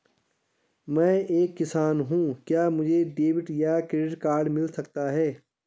मैं एक किसान हूँ क्या मुझे डेबिट या क्रेडिट कार्ड मिल सकता है?